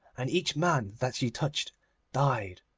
and each man that she touched died.